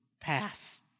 pass